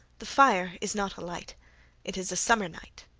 the fire is not alight it is a summer night.